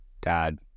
dad